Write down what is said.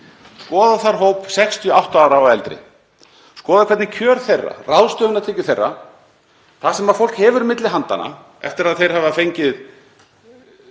Skoðaðu þar hóp 68 ára og eldri, skoðaðu hvernig kjör þeirra, ráðstöfunartekjur, það sem fólk hefur milli handanna eftir að það hefur fengið